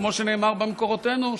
כמו שנאמר במקורותינו,